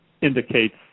indicates